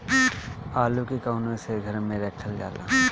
आलू के कवन से घर मे रखल जाला?